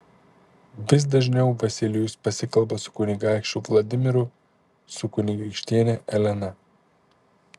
vis dažniau vasilijus pasikalba su kunigaikščiu vladimiru su kunigaikštiene elena